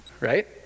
right